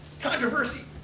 controversy